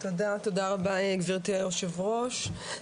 תודה, תודה רבה, גברתי היושב ראש.